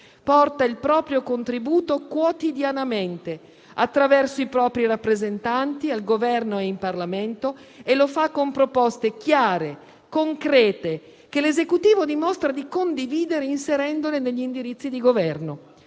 porta il proprio contributo quotidianamente, attraverso i propri rappresentanti al Governo e in Parlamento, e lo fa con proposte chiare e concrete che l'Esecutivo dimostra di condividere, inserendole negli indirizzi di Governo.